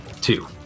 two